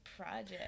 Project